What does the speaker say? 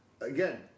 again